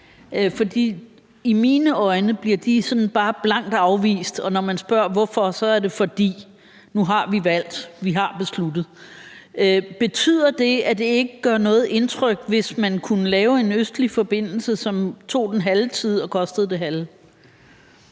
i mine øjne bliver de bare sådan blankt afvist, og når man spørger hvorfor, er det, fordi det nu er valgt og besluttet. Betyder det, er det ikke gør noget indtryk, hvis man kunne lave en østlig forbindelse, som tog den halve tid og kostede det halve?